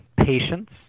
patience